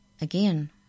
Again